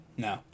No